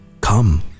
Come